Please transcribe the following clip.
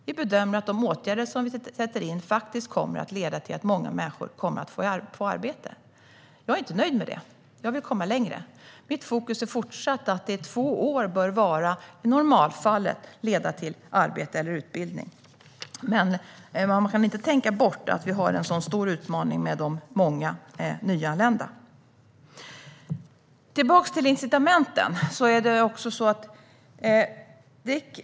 Vi bedömer att de åtgärder som vi sätter in faktiskt kommer att leda till att många människor kommer att få arbete. Jag är inte nöjd med detta, utan jag vill komma längre. Mitt fokus är fortfarande att de två åren i normalfallet bör leda till arbete eller utbildning, men man kan inte tänka bort att vi har en mycket stor utmaning med de många nyanlända. Låt oss komma tillbaka till frågan om incitament.